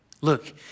Look